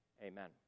Amen